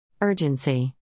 Urgency